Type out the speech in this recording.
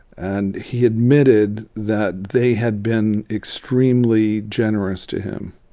and he admitted that they had been extremely generous to him.